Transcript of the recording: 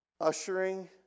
ushering